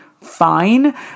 fine